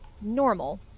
normal